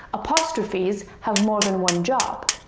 apostrophes have more than one job,